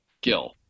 Gil